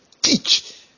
teach